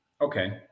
Okay